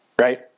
right